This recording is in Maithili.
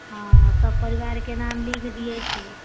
हँ सब परिवार के नाम लिख दियै छै